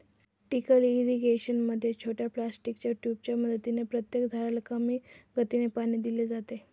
trickle irrigation मध्ये छोट्या प्लास्टिकच्या ट्यूबांच्या मदतीने प्रत्येक झाडाला कमी गतीने पाणी दिले जाते